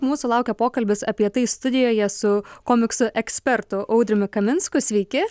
mūsų laukia pokalbis apie tai studijoje su komiksų ekspertu audriumi kaminsku sveiki